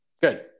Good